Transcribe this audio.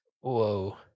whoa